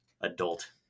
adult